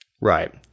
Right